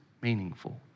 meaningful